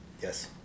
Yes